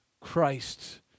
Christ